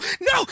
no